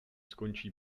skončí